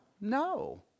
No